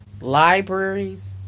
Libraries